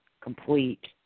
complete